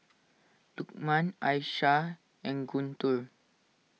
Lukman Aishah and Guntur